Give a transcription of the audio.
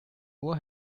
uhr